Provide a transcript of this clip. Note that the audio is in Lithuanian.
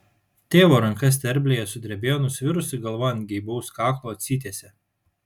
tėvo ranka sterblėje sudrebėjo nusvirusi galva ant geibaus kaklo atsitiesė